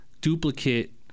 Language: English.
duplicate